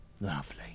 Lovely